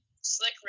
Slick